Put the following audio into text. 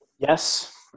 Yes